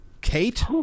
Kate